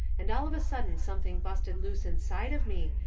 and all of a sudden something busted loose inside of me,